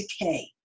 decay